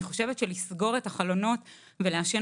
אני חושבת שלסגור את החלונות ולעשן